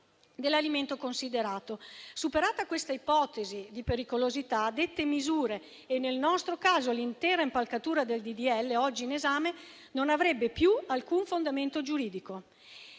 dell'alimento considerato. Superata questa ipotesi di pericolosità, dette misure (e nel nostro caso l'intera impalcatura del disegno di legge oggi in esame) non avrebbero più alcun fondamento giuridico